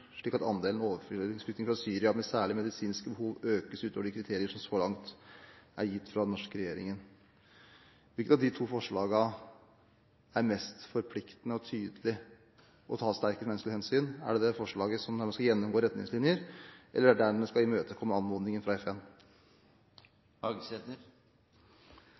slik at andelen overføringsflyktninger fra Syria med særlige medisinske behov økes ut over de kriterier som så langt er gitt fra den norske regjeringen.» Hvilket av de to forslagene er mest forpliktende og tydelig og tar sterkest menneskelig hensyn – er det forslaget der en skal gjennomgå retningslinjer, eller er det det om å imøtekomme anmodningen fra